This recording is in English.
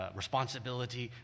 responsibility